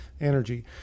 energy